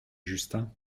justin